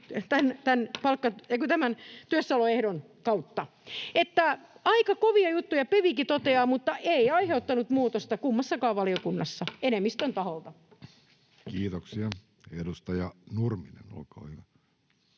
tämän työssäoloehdon kautta. Että aika kovia juttuja, niin PeVikin toteaa, mutta eivät aiheuttaneet muutosta kummassakaan valiokunnassa enemmistön taholta. Kiitoksia. — Edustaja Nurminen, olkaa hyvä.